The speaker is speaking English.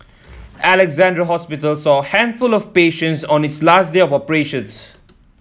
Alexandra Hospital saw a handful of patients on its last day of operations